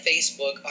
Facebook